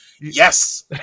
Yes